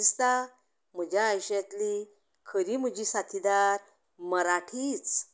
म्हाका दिसता म्हज्या आयुश्यांतली खरी म्हजी साथिदार मराठीच